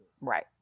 Right